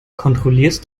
kontrollierst